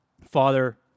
father